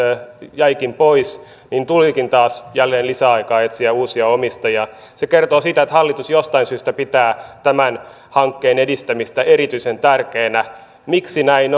jäikin pois niin tulikin taas jälleen lisäaikaa etsiä uusia omistajia se kertoo siitä että hallitus jostain syystä pitää tämän hankkeen edistämistä erityisen tärkeänä miksi näin